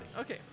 Okay